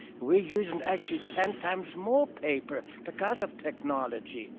we're using actually ten times more paper because of technology.